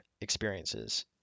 experiences